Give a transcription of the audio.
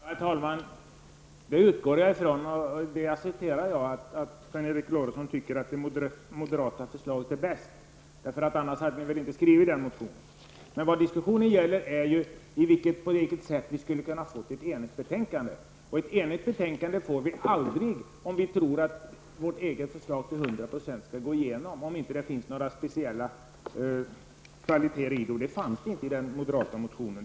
Herr talman! Jag utgår ifrån och accepterar att Sven Eric Lorentzon anser att det moderata förslaget är bäst. Annars hade ni väl inte avgett denna motion. Men det som diskussionen gäller är ju på vilket sätt vi skulle ha uppnått enighet kring detta betänkande. Det blir aldrig ett enhälligt betänkande om man har den inställningen att det egna förslaget till 100 % skall gå igenom, om det inte finns några speciella kvaliteter i förslaget, vilket det inte fanns i den moderata motionen.